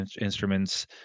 instruments